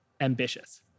Ambitious